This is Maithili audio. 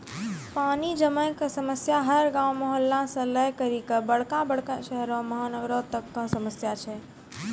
पानी जमै कॅ समस्या हर गांव, मुहल्ला सॅ लै करिकॅ बड़का बड़का शहरो महानगरों तक कॅ समस्या छै के